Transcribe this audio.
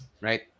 right